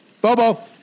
Bobo